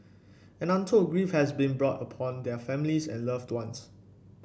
and untold grief has been brought upon their families and loved ones